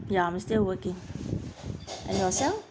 ya I'm still working and yourself